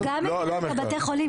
אנחנו גם מכירים את בתי החולים.